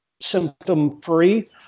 symptom-free